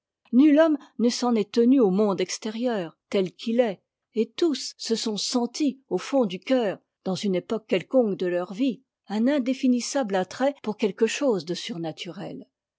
nul homme ne s'en est tenu au monde extérieur tel qu'il est et tous se sont senti au fond du cœur dans une époque quelconque de leur vie un indéfinissable attrait pour quelque chose de surnaturel